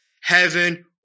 heaven